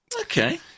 Okay